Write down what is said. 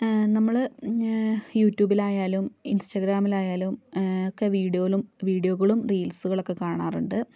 നമ്മൾ യൂട്യൂബിലായാലും ഇൻസ്റ്റഗ്രാമിലായാലും ഒക്കെ വീഡിയോലും വീഡിയോകളും റീൽസുകളൊക്കെ കാണാരുണ്ട്